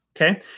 okay